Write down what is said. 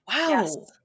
Wow